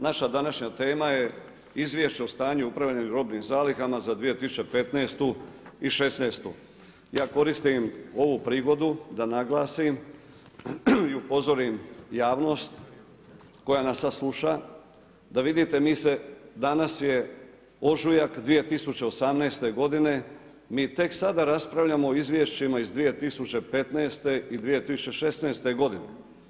Naša današnja tema je Izvješće o stanju i upravljanju robnim zalihama za 2015. i 2016., ja koristim ovu prigodu i da naglasim i upozorim javnost koja nas sad sluša, danas je ožujak 2018. godine, mi tek sada raspravljamo o izvješćima iz 2015. i 2016. godine.